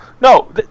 No